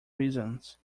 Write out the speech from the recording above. reasons